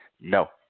No